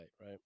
right